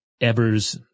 Ebers